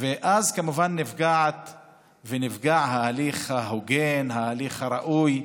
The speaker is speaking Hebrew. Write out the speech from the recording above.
ואז כמובן נפגע ההליך ההוגן, ההליך הראוי.